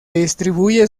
distribuye